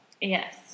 Yes